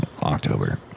October